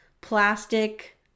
plastic